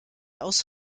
aus